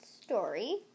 story